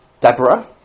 Deborah